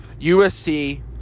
USC